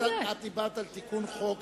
את דיברת על תיקון חוק